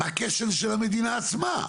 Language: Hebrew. מכשל של המדינה עצמה.